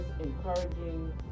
encouraging